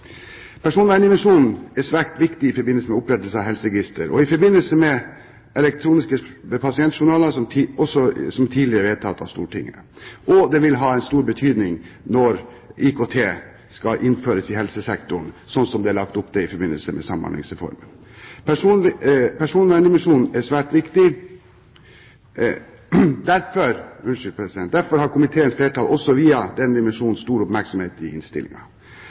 er svært viktig i forbindelse med opprettelse av helseregister og i forbindelse med elektroniske pasientjournaler som tidligere er vedtatt av Stortinget, og det vil ha stor betydning når IKT skal innføres i helsesektoren, slik det er lagt opp til i forbindelse med Samhandlingsreformen. Derfor har komiteens flertall viet denne dimensjonen stor oppmerksomhet i